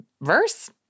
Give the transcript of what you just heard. verse